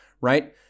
right